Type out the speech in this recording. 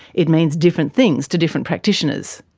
it means different things to different practitioners.